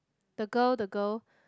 the girl the girl